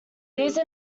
these